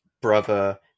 brother